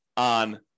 on